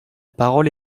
parole